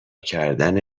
کردن